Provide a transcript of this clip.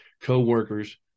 coworkers